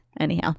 Anyhow